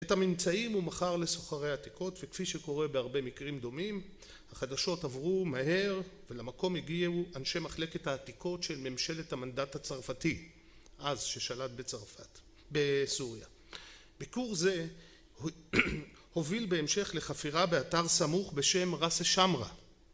את הממצאים הוא מכר לסוחרי עתיקות, וכפי שקורה בהרבה מקרים דומים, החדשות עברו מהר ולמקום הגיעו אנשי מחלקת העתיקות של ממשלת המנדט הצרפתי, אז ששלט בצרפת... סוריה. ביקור זה הוביל בהמשך לחפירה באתר סמוך בשם רסה שמרה